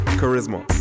Charisma